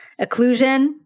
occlusion